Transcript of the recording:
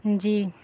جی